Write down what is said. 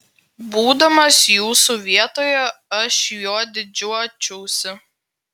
būdamas jūsų vietoje aš juo didžiuočiausi